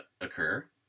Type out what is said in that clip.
occur